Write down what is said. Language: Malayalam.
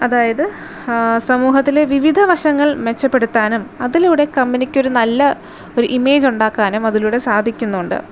അതായത് സമൂഹത്തിലെ വിവിധ വശങ്ങൾ മെച്ചപ്പെടുത്താനും അതിലൂടെ കമ്പനിക്ക് ഒരു നല്ല ഒരു ഇമേജ് ഉണ്ടാക്കാനും അതിലൂടെ സാധിക്കുന്നുണ്ട്